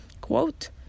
quote